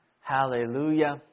Hallelujah